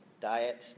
diet